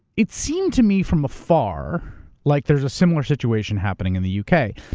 it seemed to me from afar like there's a similar situation happening in the u. k.